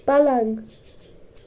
پلنٛگ